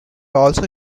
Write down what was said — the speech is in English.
also